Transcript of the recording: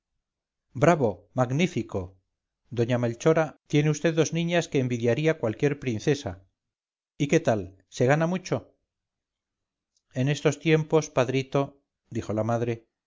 bravo magnífico doña melchora tiene vd dos niñas que envidiaría cualquier princesa y qué tal se gana mucho en estos tiempos padrito dijo la madre